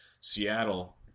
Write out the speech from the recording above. Seattle